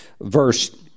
verse